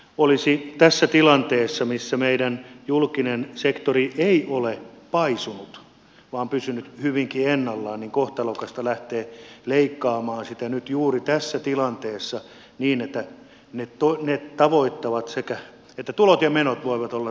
olisi tässä tilanteessa missä meidän julkinen sektori ei ole paisunut vaan pysynyt hyvinkin ennallaan kohtalokasta lähteä leikkaamaan sitä nyt niin että ne toimet tarkoittavat sitä että tulot ja menot voivat olla tasapainossa